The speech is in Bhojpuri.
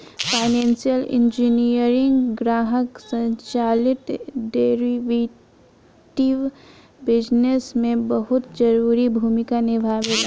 फाइनेंसियल इंजीनियरिंग ग्राहक संचालित डेरिवेटिव बिजनेस में बहुत जरूरी भूमिका निभावेला